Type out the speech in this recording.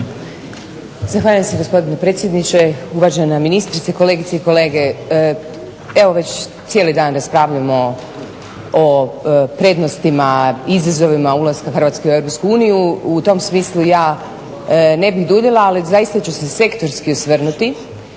Zahvaljujem se gospodine predsjedniče, uvažena ministrice, kolegice i kolege. Evo već cijeli dan raspravljamo o prednostima, izazovima ulaska Hrvatske u EU. U tom smislu ja ne bih duljila, ali zaista ću se sektorski osvrnuti